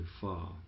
far